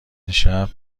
دیشب